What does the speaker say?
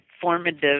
formative